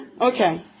Okay